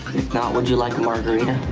if not, would you like a margarita?